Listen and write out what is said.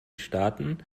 staaten